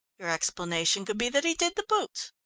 your explanation could be that he did the boots.